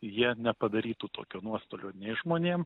jie nepadarytų tokio nuostolio nei žmonėm